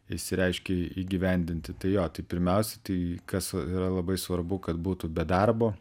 išsireiškei įgyvendinti tai jo tai pirmiausia tai kas yra labai svarbu kad būtų be darbo